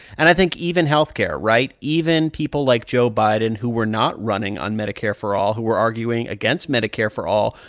and i think even health care right? even people like joe biden who were not running on medicare for all, who were arguing against medicare for all,